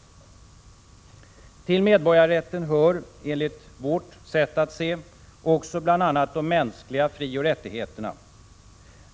EE fe Till medborgarrätten hör — enligt vårt sätt att se — bl.a. de mänskliga frioch rättigheterna.